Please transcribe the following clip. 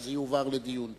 שזה יועבר לדיון בוועדה?